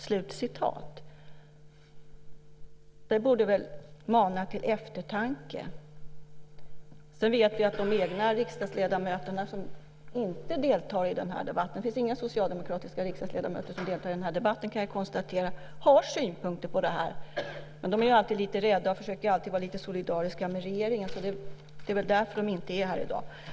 Det borde väl mana till eftertanke. Sedan vet jag att även socialdemokratiska riksdagsledamöter - jag konstaterar att inga sådana deltar i den här debatten - har synpunkter på det här. De är dock alltid lite rädda och försöker vara solidariska med regeringen, så det är väl därför de inte är här i dag.